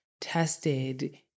tested